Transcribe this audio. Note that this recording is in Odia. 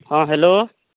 ହଁ ହେଲୋ